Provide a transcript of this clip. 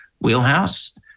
wheelhouse